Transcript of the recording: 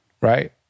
right